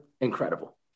incredible